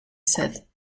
said